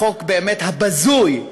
החוק הבזוי,